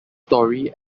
story